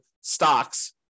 stocks